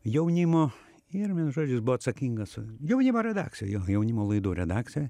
jaunimo ir žodžiu jis buvo atsakingas jaunimo redakcijoj jo jaunimo laidų redakcijoj